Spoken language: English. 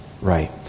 Right